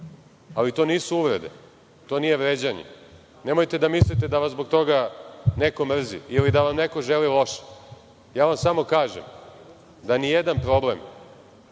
ali to nisu uvrede, to nije vređanje. Nemojte da mislite da vas zbog toga neko mrzi ili da vam neko želi loše. Ja vam samo kažem da nijedan problem